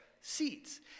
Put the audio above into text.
seats